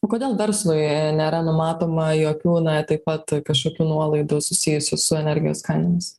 o kodėl verslui nėra numatoma jokių na taip pat kažkokių nuolaidų susijusių su energijos kainomis